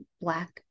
black